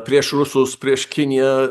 prieš rusus prieš kiniją